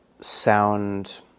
Sound